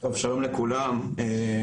שלום לכולם,